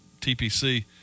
TPC